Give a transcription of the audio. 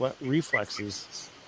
reflexes